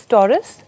Taurus